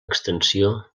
extensió